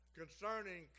concerning